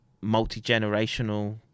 multi-generational